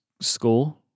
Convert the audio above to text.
school